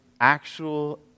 actual